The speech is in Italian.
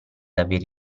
avere